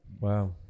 Wow